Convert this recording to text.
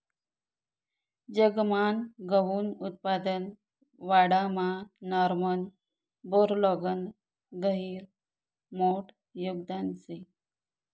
जगमान गहूनं उत्पादन वाढावामा नॉर्मन बोरलॉगनं गहिरं मोठं योगदान शे